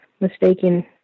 mistaken